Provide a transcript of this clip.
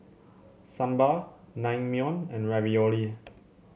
Sambar Naengmyeon and Ravioli